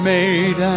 Made